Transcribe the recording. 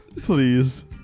please